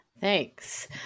Thanks